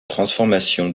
transformation